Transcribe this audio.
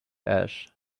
ash